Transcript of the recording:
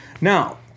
now